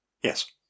Yes